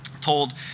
told